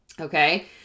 okay